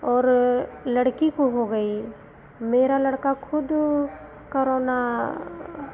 और लड़की को हो गई मेरा लड़का खुद करौना के